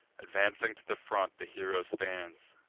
advancing to the front, the hero stands,